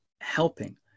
helping